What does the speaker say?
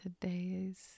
today's